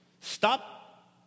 Stop